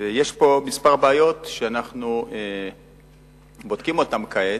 יש פה כמה בעיות שאנחנו בודקים אותן כעת,